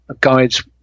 guides